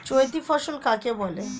চৈতি ফসল কাকে বলে?